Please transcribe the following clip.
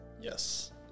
Yes